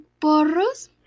porros